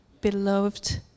beloved